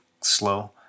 slow